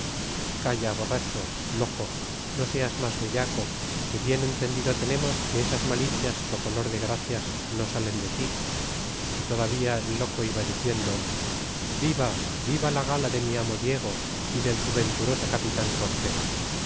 calla borracho loco no seas mas vellaco que bien entendido tenemos que esas malicias socolor de gracias no salen de tí y todavía el loco iba diciendo viva viva la gala de mi amo diego y del su venturoso capital cortés